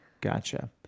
Gotcha